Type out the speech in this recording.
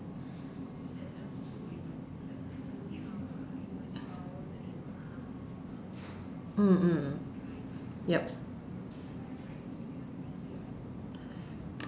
mm mm yup